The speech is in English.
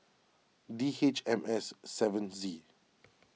D H M S seven Z